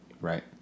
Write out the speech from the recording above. Right